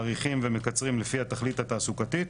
מאריכים ומקצרים לפי התכנית התעסוקתית.